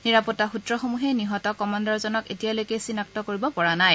নিৰাপত্তা সূত্ৰসমূহে নিহত কমাণ্ডাৰজনক এতিয়ালৈকে চিনাক্ত কৰিব পৰা নাই